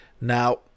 Now